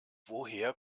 woher